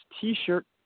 t-shirt